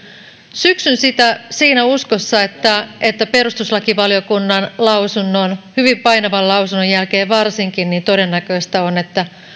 syksyn siinä uskossa että varsinkin perustuslakivaliokunnan lausunnon hyvin painavan lausunnon jälkeen todennäköistä on että